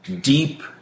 deep